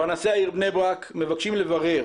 פרנסי העיר בני ברק מבקשים לברר